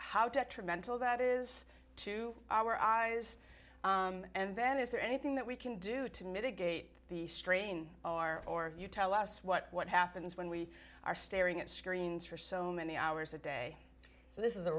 how detrimental that is to our eyes and then is there anything that we can do to mitigate the strain are or you tell us what happens when we are staring at screens for so many hours a day so this is a